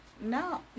No